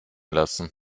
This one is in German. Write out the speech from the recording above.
lassen